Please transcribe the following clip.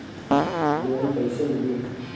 Loan कइसे मिली?